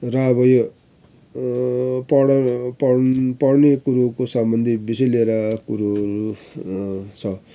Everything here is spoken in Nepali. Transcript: र अबो यो पढ् पड् पढनेकुरोको सम्बन्धी विषय लिएर कुरो छ